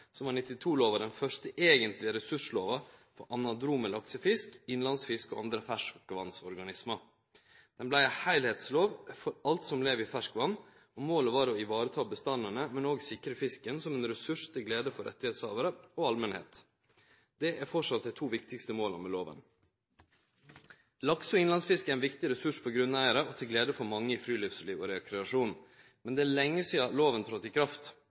var 1992-lova den første eigentlege ressurslova for anadrome laksefisk, innlandsfisk og andre ferskvannsorganismar. Den vart ei heilskapslov for alt som lever i ferskvann, og målet var å vareta bestandane men òg å sikre fisken som ein ressurs til glede for rettshavarar og allmenta. Det er framleis dei to viktigaste måla med lova. Lakse- og innlandsfiske er ein viktig ressurs for grunneigarar, og til glede for mange i friluftsliv og rekreasjon. Men det er lenge sidan lova tredde i kraft.